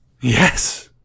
Yes